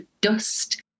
dust